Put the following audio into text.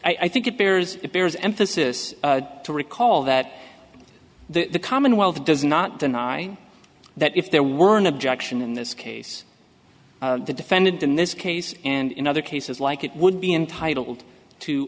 i think it bears bears emphasis to recall that the commonwealth does not deny that if there weren't objection in this case the defendant in this case and in other cases like it would be entitled to